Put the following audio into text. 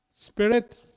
spirit